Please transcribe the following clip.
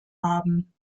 haben